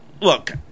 look